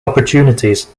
opportunities